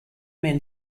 men